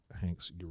hank's